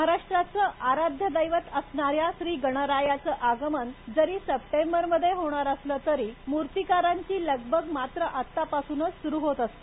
महाराष्ट्राचं आराध्यदैवत असणाऱ्या श्री गणरायाचं आगमन जरी सप्टेंबरमध्ये होणार असलं तरी मूर्तिकारांची लगबग मात्र आत्तापासूनच सुरु होत असते